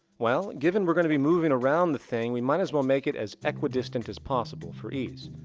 well, given we are going to be moving around the thing we might as well make it as equidistant as possible for ease,